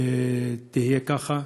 יהיה כך.